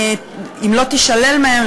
אם לא תישלל מהן,